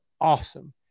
awesome